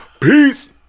Peace